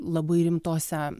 labai rimtose